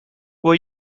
will